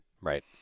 Right